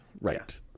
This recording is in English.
Right